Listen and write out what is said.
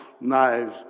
knives